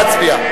נא להצביע.